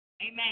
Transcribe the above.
Amen